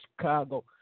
Chicago